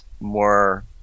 more